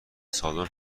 سالن